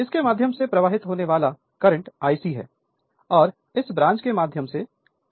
इसके माध्यम से प्रवाहित होने वाला करंट Ic है और इस ब्रांच के माध्यम से Im है